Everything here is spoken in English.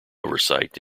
oversight